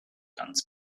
ganz